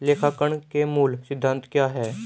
लेखांकन के मूल सिद्धांत क्या हैं?